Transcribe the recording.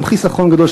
גם חיסכון גדול,